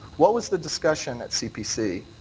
what was the discussion at cpc